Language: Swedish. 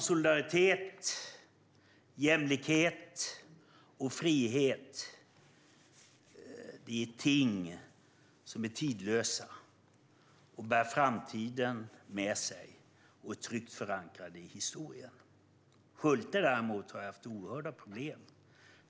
Solidaritet, jämlikhet och frihet är nämligen ting som är tidlösa, bär framtiden med sig och är tryggt förankrade i historien. Schulte, däremot, har haft oerhörda problem.